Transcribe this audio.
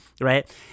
right